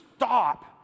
Stop